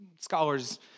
scholars